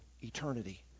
eternity